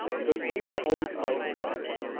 because he was always fighting for spain.